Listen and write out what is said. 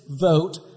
vote